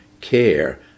care